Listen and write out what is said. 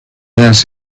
has